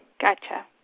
Gotcha